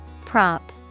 Prop